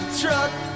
truck